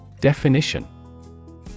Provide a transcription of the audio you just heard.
Definition